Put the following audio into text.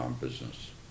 business